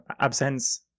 absence